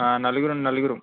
నలుగురం నలుగురం